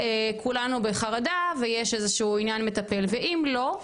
כולנו בחרדה ויש איזשהו עניין מטפל, ואם לא,